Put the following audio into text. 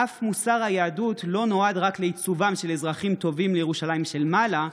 אף מוסר היהדות לא נועד רק לעיצובם של אזרחים טובים לירושלים של מעלה,